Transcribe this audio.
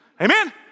Amen